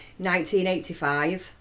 1985